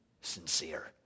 sincere